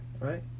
Right